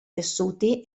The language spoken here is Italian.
tessuti